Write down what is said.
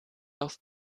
auf